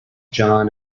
john